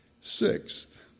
Sixth